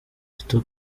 duto